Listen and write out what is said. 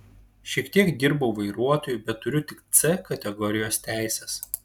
šiek tiek dirbau vairuotoju bet turiu tik c kategorijos teises